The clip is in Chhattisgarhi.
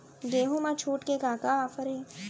गेहूँ मा छूट के का का ऑफ़र हे?